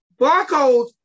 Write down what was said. barcodes